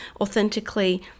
authentically